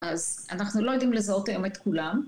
אז אנחנו לא יודעים לזהות היום את כולם.